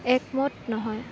একমত নহয়